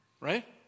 Right